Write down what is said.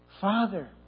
Father